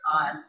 on